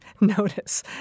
notice